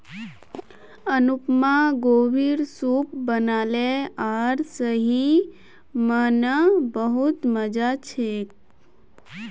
अनुपमा गोभीर सूप बनाले आर सही म न बहुत मजा छेक